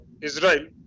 Israel